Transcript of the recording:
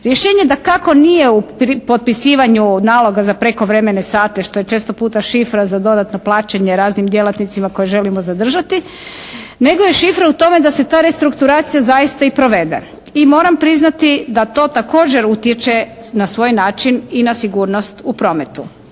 Rješenje dakako nije u potpisivanju naloga za prekovremene sate što je često puta šifra za dodatno plaćanje raznim djelatnicima koje želimo zadržati nego je šifra u tome da se ta restrukturacija zaista i provede. I moram priznati da to također utječe na svoj način i na sigurnost u prometu.